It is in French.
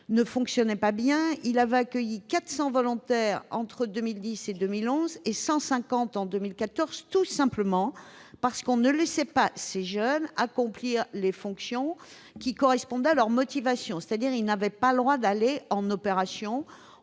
ne fonctionnait pas bien- il avait accueilli 400 volontaires entre 2010 et 2011, contre 150 en 2014 -, tout simplement parce que l'on ne laissait pas ces jeunes accomplir les fonctions qui correspondaient à leurs motivations. Ils n'avaient ainsi pas le droit d'aller en opération.